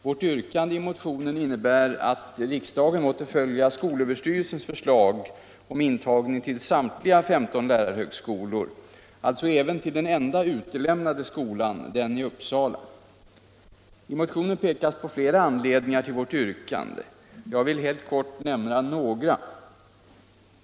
Vårt yrkande i motionen innebär att riksdagen måtte följa skolöverstyrelsens förslag om intagning till samtliga 15 lärarhögskolor — alltså även till den enda utelämnade skolan, den i Uppsala. I motionen pekas på flera anledningar till vårt yrkande. Jag vill helt kort nämna några.